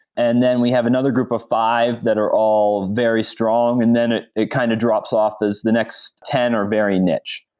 and then we have another group of five that are all very strong, and then it it kind of drops off as the next ten or very niche.